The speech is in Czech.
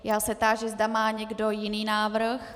Já se táži, zda má někdo jiný návrh.